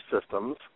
systems